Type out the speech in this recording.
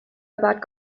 about